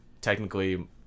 technically